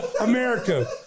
America